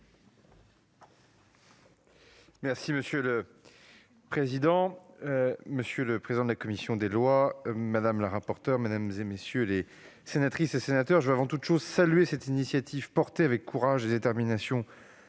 Monsieur le président, monsieur le président de la commission des lois, madame la rapporteure, mesdames, messieurs les sénateurs, je veux avant toute chose saluer cette initiative portée avec courage et détermination